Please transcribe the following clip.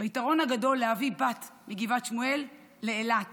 את היתרון הגדול להביא בת מגבעת שמואל לאילת